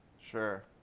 Sure